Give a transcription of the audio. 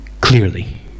clearly